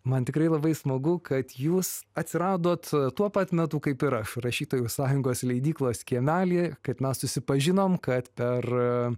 man tikrai labai smagu kad jūs atsiradot tuo pat metu kaip ir aš rašytojų sąjungos leidyklos kiemely kaip mes susipažinom kad per